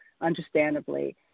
understandably